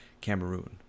Cameroon